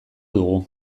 dugu